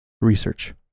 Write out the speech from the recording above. research